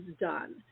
done